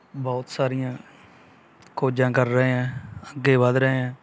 ਬਹੁਤ ਸਾਰੀਆਂ ਖੋਜਾਂ ਕਰ ਰਹੇ ਹੈ ਅੱਗੇ ਵੱਧ ਰਹੇ ਹੈ